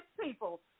people